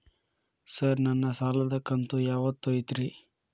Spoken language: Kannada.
ಸರ್ ನನ್ನ ಸಾಲದ ಕಂತು ಯಾವತ್ತೂ ಐತ್ರಿ?